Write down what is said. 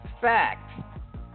Fact